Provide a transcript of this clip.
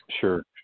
Sure